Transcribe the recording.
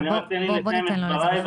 רגע, שנייה בוא ניתן לו לדבר.